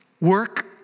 Work